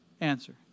answer